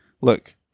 look